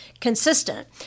consistent